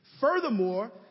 Furthermore